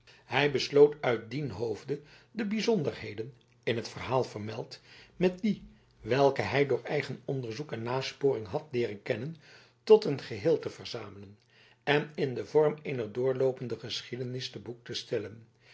hij besloot uit dien hoofde de bijzonderheden in het verhaal vermeld met die welke hij door eigen onderzoek en nasporing had leeren kennen tot een geheel te verzamelen en in den vorm eener doorloopende geschiedenis te boek te stellen